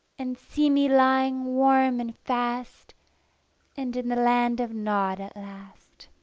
and see me lying warm and fast and in the land of nod at last.